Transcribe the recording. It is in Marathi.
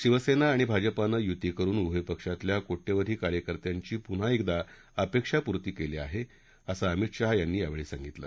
शिवसेना आणि भाजपानं युती करून उभय पक्षातल्या को विवधी कार्यकत्यांची पुन्हा एकदा अपेक्षापूर्ती केली आहे असं अमित शाह यांनी यावेळी सांगितलं